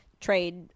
trade